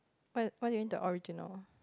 what what you mean the original